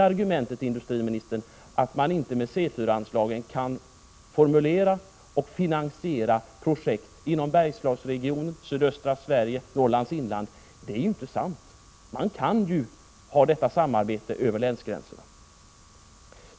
Argumentet att det inte går att med C 4-anslag formulera och finansiera projekt inom Bergslagsregionen, sydöstra Sverige eller Norrlands inland är alltså inte sant, industriministern. Det är möjligt att ha detta samarbete över länsgränserna.